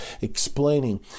explaining